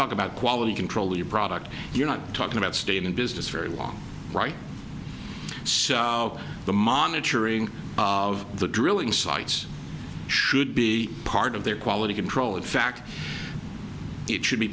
talk about quality control your product you're not talking about staying in business very long right so the monitoring of the drilling sites should be part of their quality control in fact it should be